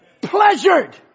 pleasured